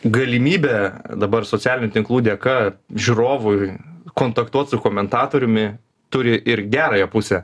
galimybė dabar socialinių tinklų dėka žiūrovui kontaktuot su komentatoriumi turi ir gerąją pusę